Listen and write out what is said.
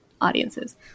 audiences